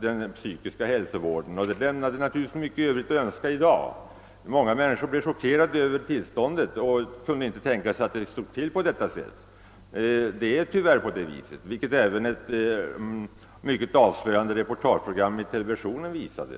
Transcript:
den psykiska hälsovården, och det framgick att denna lämnar mycket övrigt att önska i dag. Många blev chockerade över tillståndet — de hade inte kunnat tänka sig att det stod till på detta sätt. Men det gör det tyvärr, vilket även ett mycket avslöjande reportageprogram i televisionen visade.